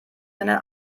seinen